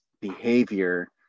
behavior